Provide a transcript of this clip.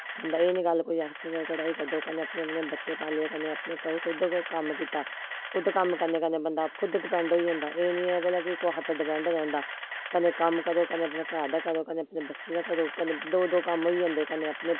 बंदा एह् निं कल्ल कोई आकी सकदा कढाई कड्ढो कन्नै अपने अपने बच्चे पाले कन्नै अपने को खुद कोई कम्म कीता खुद कम्म करने कन्नै बंदा खुद डिपैंड होई जंदा एह् निं ऐ भला कि कुसै पर डिपैंड रौंह्दा कन्नै कम्म करो कन्नै अपने घर दा करो कन्नै अपने बच्चे दा करो कन्नै दो दो कम्म होई जंदे कन्नै अपने